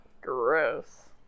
gross